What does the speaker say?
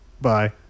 Bye